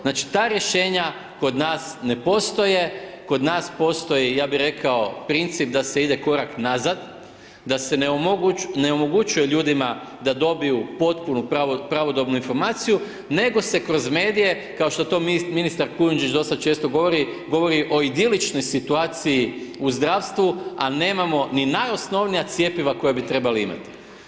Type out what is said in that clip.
Znači ta rješenja kod nas ne postoje, kod nas postoji, ja bi rekao princip da se ide korak nazad, da se ne omogućuje ljudima da dobiju potpunu pravodobnu informaciju, nego se kroz medije kao što to ministar Kujundžić dosta često govori, govori o idiličnoj situaciji u zdravstvu, a nemamo ni najosnovnija cjepiva koja bi trebali imati.